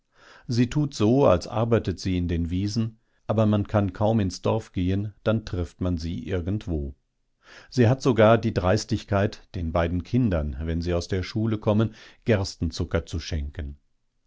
sie tut so als arbeitet sie in den wiesen aber man kann kaum ins dorf gehen dann trifft man sie irgendwo sie hat sogar die dreistigkeit den beiden kindern wenn sie aus der schule kommen gerstenzucker zu schenken